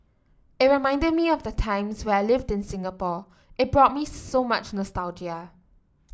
it reminded me of the times where I lived in Singapore it brought me so much nostalgia